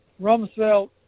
rumsfeld